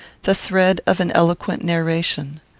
the thread of an eloquent narration.